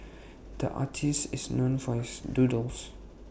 the artist is known for his doodles